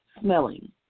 smelling